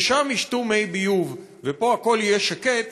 ששם ישתו מי ביוב ופה הכול יהיה שקט,